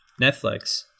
Netflix